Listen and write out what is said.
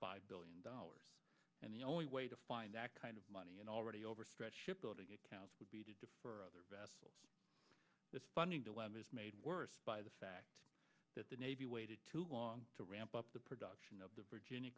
five billion dollars and the only way to find that kind of money and already overstretched shipbuilding account would be to defer other vessels responding to was made worse by the fact that the navy waited too long to ramp up the production of the virginia